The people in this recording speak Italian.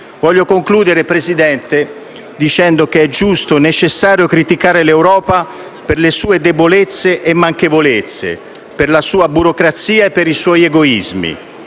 desidero concludere dicendo che è giusto e necessario criticare l'Europa per le sue debolezze e manchevolezze, nonché per la sua burocrazia e i suoi egoismi,